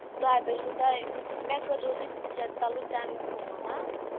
دۄیہِ بَجہِ چھُو تۄہہِ مےٚ کٔرۍزیٚو تُہۍ چلو تَمہِ وِزِ فون